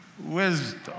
wisdom